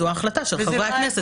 בידי חברי הכנסת